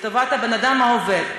לטובת האדם העובד,